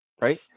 right